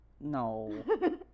No